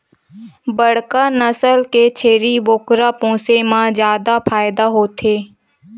बड़का नसल के छेरी बोकरा पोसे म जादा फायदा होथे